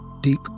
Deep